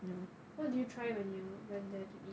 what did you try when you when there to eat